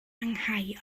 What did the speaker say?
angau